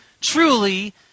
truly